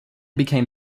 became